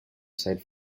side